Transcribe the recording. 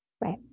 Right